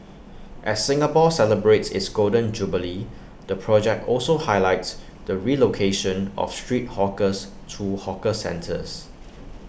as Singapore celebrates its Golden Jubilee the project also highlights the relocation of street hawkers to hawker centres